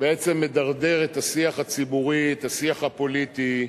בעצם מדרדר את השיח הציבורי, את השיח הפוליטי,